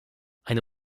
eine